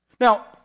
Now